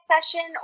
session